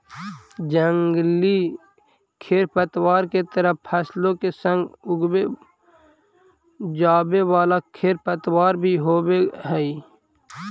जंगली खेरपतवार के तरह फसलों के संग उगवे जावे वाला खेरपतवार भी होवे हई